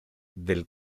del